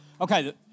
Okay